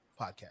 podcast